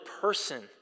person